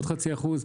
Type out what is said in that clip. עוד חצי אחוז.